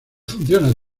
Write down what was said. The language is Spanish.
funciones